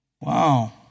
Wow